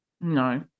No